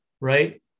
right